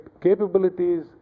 Capabilities